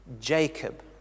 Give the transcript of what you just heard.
Jacob